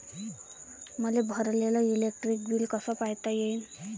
मले भरलेल electric bill कस पायता येईन?